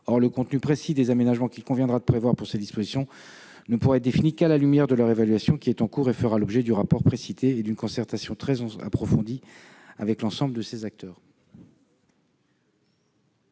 Or le contenu précis des aménagements qu'il conviendra de prévoir pour ces dispositions ne pourra être défini qu'à la lumière de l'évaluation qui est en cours et fera l'objet du rapport précité et d'une concertation très approfondie avec l'ensemble des acteurs.